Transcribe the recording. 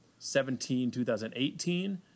2017-2018 –